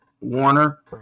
Warner